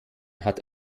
hat